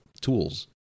tools